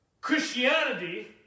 Christianity